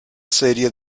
serie